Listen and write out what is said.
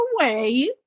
away